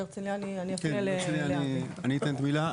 בהרצליה אני אתן את המילה.